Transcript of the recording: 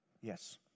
yes